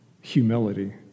humility